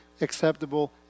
acceptable